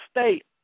state